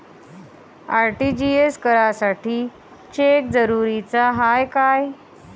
RTGS करासाठी cheque जरुरीचा हाय काय?